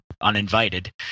uninvited